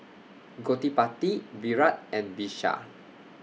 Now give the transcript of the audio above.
Gottipati Virat and Vishal